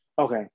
Okay